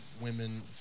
women